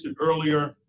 earlier